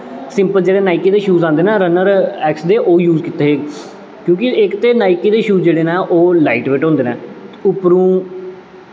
simple जेह्ड़े Nike दे shoes आंदे नै रन्नर ऐक्स दे ओह् यूज़ कीते हे क्योंकि इक ते नाईकी दे शूज़ जेह्ड़े नै ओह् लाईट बेट होंदे नै उप्परों